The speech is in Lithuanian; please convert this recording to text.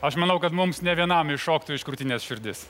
aš manau kad mums ne vienam iššoktų iš krūtinės širdis